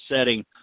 setting